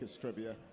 trivia